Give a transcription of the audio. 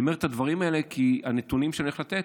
אני אומר את הדברים האלה כי הנתונים שאני הולך לתת